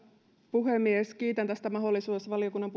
puhemies kiitän tästä mahdollisuudesta